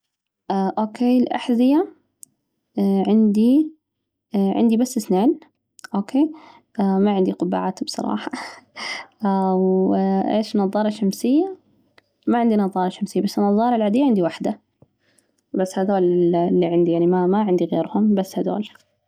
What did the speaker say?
أوكي، الأحذية عندي عندي بس اثنان، أوكي؟ ما عندي قبعات بصراحة، وإيش؟ نظارة شمسية ما عندي نظارة شمسية، بس النظارة العادية عندي واحدة، بس هذول اللي عندي، يعني ما ما عندي غيرهم، بس هذول.